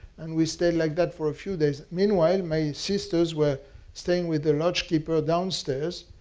and we stayed like that for a few days. meanwhile, my sisters were staying with the lodge keeper downstairs.